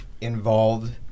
involved